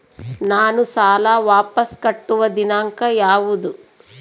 ನಾನು ಸಾಲ ವಾಪಸ್ ಕಟ್ಟುವ ದಿನಾಂಕ ಯಾವುದು?